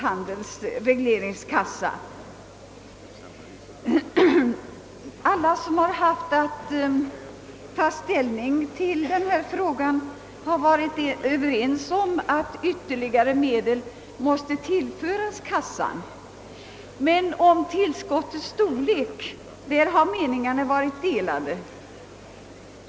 Alla som haft att ta ställning till denna fråga har varit överens om att ytterligare medel måste tillföras kassan, men i fråga om tillskottets storlek är meningarna delade.